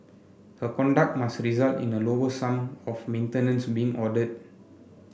her conduct must result in a lower sum of maintenance being ordered